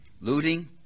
looting